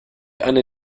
eine